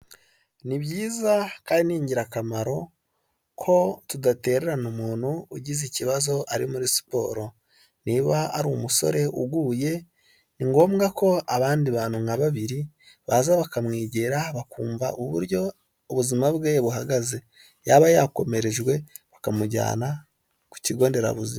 Ni byiza kandi ni ingirakamaro ko tudatererana umuntu ugize ikibazo ari muri siporo. Niba ari umusore uguye, ni ngombwa ko abandi bantu nka babiri baza bakamwegera, bakumva uburyo ubuzima bwe buhagaze, yaba yakomerejwe bakamujyana ku kigo nderabuzima.